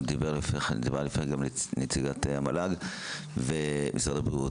גם דיברה לפני כן נציגת המל"ג ומשרד הבריאות.